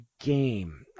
game